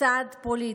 צעד פוליטי.